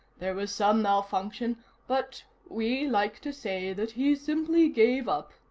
there was some malfunction but we like to say that he simply gave up.